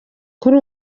kuri